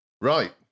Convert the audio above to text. Right